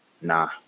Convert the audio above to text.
nah